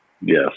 Yes